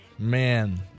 Man